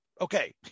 okay